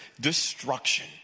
destruction